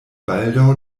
baldaŭ